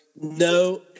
no